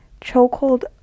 chokehold